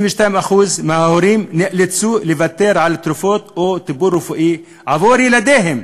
62% מההורים נאלצו לוותר על תרופות או טיפול רפואי עבור ילדיהם.